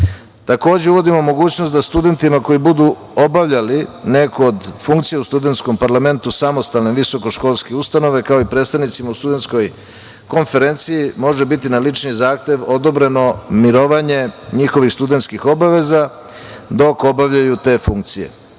uvodimo mogućnost studentima koji budu obavljali neku od funkcija u Studentskom parlamentu, samostalne visokoškolske ustanove, kao i predstavnicima u studentskoj konferenciji, može biti na lični zahtev odobreno mirovanje njihovih studentskih obaveza dok obavljaju te funkcije. Intencija